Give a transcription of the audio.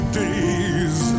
days